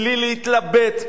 בלי להתלבט,